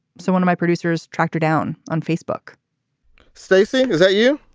so one of my producers tracked her down on facebook stacey, is that you?